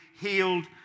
healed